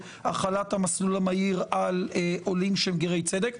החלת המסלול המהיר על עולים שהם גרי צדק,